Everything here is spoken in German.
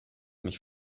mich